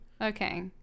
Okay